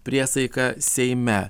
priesaika seime